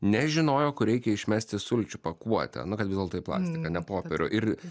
nežinojo kur reikia išmesti sulčių pakuotę nu kad vis dėlto į plastiką ne popierių ir